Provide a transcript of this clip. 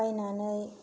बायनानै